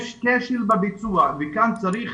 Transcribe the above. יש כשל בביצוע וכאן צריך